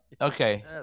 Okay